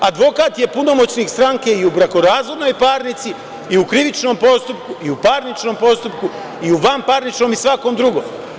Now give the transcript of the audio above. Advokat je punomoćnik stranke i u brakorazvodnoj parnici i u krivičnom postupku, i u parničnom postupku i u vanparničnom i svakom drugom.